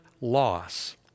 loss